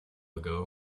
ago